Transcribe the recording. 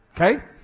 okay